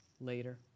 later